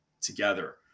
together